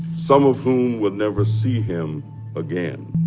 some of whom will never see him again.